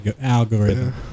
algorithm